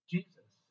Jesus